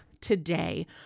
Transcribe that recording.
today